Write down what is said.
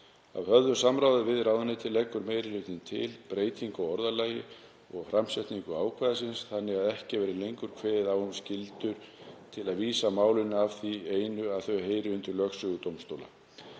Að höfðu samráði við ráðuneytið leggur meiri hlutinn til breytingu á orðalagi og framsetningu ákvæðisins þannig ekki verði lengur kveðið á um skyldu til að vísa frá málum af því einu að þau heyri undir lögsögu dómstóla.